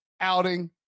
outing